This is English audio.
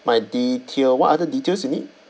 my detail what other details you need